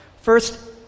First